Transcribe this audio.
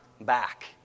back